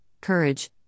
courage